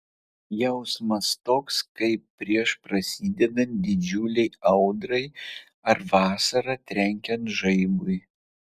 jausmas toks kaip prieš prasidedant didžiulei audrai ar vasarą trenkiant žaibui